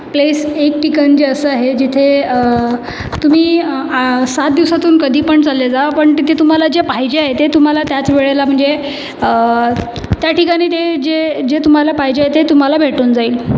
place एक ठिकाण जे असं आहे जिथे तुम्ही सात दिवसातून कधीपण चालले जा पण तिथे तुम्हाला जे पाहिजे आहे ते तुम्हाला त्याच वेळेला म्हणजे त्या ठिकाणी ते जे जे तुम्हाला पाहिजे आहे ते तुम्हाला भेटून जाईल